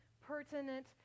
pertinent